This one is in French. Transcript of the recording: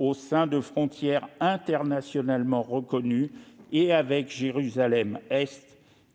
au sein de frontières internationalement reconnues et avec Jérusalem-Est